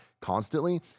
constantly